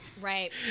Right